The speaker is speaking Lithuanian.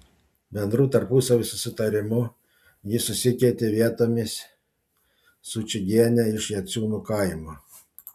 bendru tarpusavio susitarimu jis susikeitė vietomis su čigiene iš jaciūnų kaimo